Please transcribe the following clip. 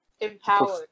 Empowered